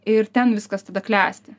ir ten viskas tada klesti